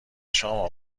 شام